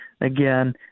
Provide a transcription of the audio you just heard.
again